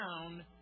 down